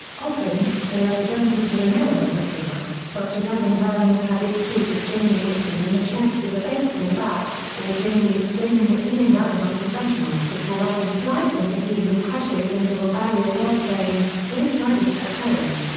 often, they are presented with an element of humor, such as adam wearing a padded suit as jamie hits him in the chest with a baseball bat, or jamie explaining that he and adam are professionals before adam slides into view and crashes into a barrier while saying, don't try this at home!